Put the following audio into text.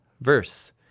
verse